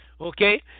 Okay